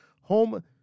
Home